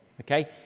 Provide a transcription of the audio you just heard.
Okay